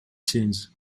change